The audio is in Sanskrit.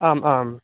आम् आम्